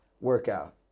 workout